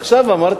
עכשיו אמרת.